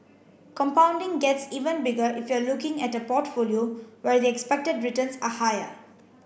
compounding gets even bigger if you're looking at a portfolio where the expected returns are higher